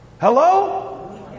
Hello